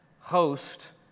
host